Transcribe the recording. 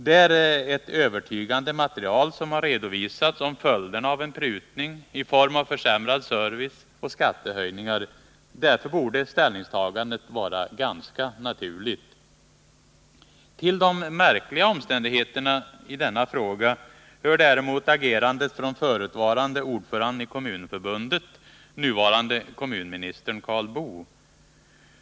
Det är ett övertygande material som redovisats om följderna av en prutning, i form av försämrad service och skattehöjningar. Därför borde ställningstagandet vara ganska naturligt. Till de märkliga omständigheterna i denna fråga hör däremct agerandet från förutvarande ordföranden i Kommunförbundet, nuvarande kommunministern Karl Boo.